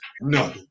no